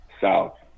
South